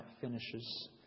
finishes